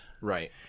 Right